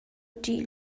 ṭih